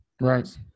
right